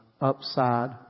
upside